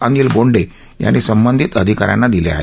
अनिल बोंडे यांनी संबंधित अधिकाऱ्यांना दिले आहे